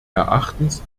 erachtens